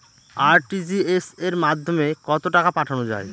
RTGS এর মাধ্যমে কত টাকা পাঠানো যায়?